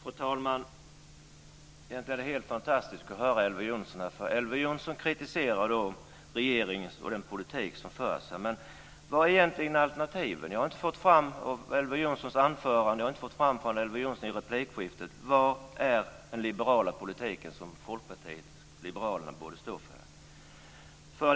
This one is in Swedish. Fru talman! Egentligen är det helt fantastiskt att höra Elver Jonsson. Elver Jonsson kritiserar regeringens politik och den politik som förs här. Men var är egentligen alternativen? Jag har inte fått fram det från Elver Jonssons anförande och inte från Elver Jonsson i replikskiftena: Var är den liberala politiken som Folkpartiet liberalerna borde stå för?